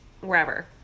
wherever